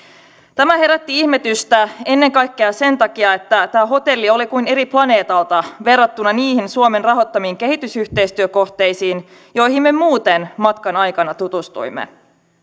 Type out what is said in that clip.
tämä herätti ihmetystä ennen kaikkea sen takia että tämä hotelli oli kuin eri planeetalta verrattuna niihin suomen rahoittamiin kehitysyhteistyökohteisiin joihin me muuten matkan aikana tutustuimme